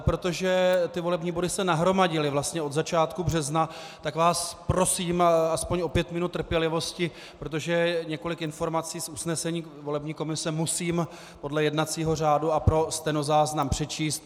Protože ty volební body se nahromadily vlastně od začátku března, tak vás prosím aspoň o pět minut trpělivosti, protože několik informací z usnesení volební komise musím podle jednacího řádu a pro stenozáznam přečíst.